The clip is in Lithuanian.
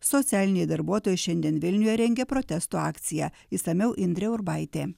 socialiniai darbuotojai šiandien vilniuje rengia protesto akciją išsamiau indre urbaitė